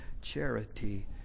Charity